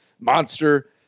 monster